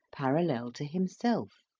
parallel to himself